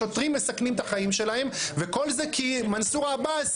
שוטרים מסכנים את החיים שלהם וכל זה כי מנסור עבאס